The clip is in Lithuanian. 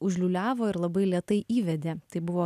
užliūliavo ir labai lėtai įvedė tai buvo